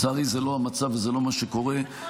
לצערי זה לא המצב, זה לא מה שקורה -- נכון.